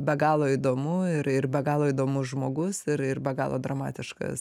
be galo įdomu ir ir be galo įdomus žmogus ir ir be galo dramatiškas